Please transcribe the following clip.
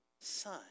son